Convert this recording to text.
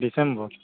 December